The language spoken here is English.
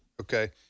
Okay